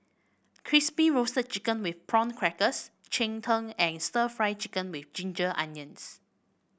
Crispy Roasted Chicken with Prawn Crackers Cheng Tng and stir Fry Chicken with Ginger Onions